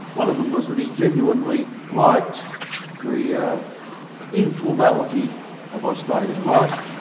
one of them was that he genuinely liked the yeah informality of australian life,